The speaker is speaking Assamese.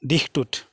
দিশটোত